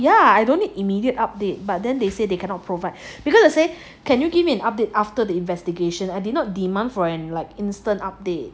ya I don't need immediate update but then they say they cannot provide because they say can you give me an update after the investigation I did not demand for an like instant update